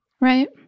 Right